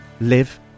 live